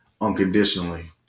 unconditionally